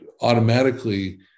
automatically